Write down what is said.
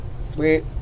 Sweet